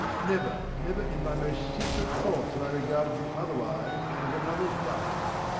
never never in my most secret thoughts have i regarded you otherwise than as another's wife.